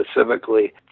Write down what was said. specifically